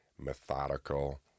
methodical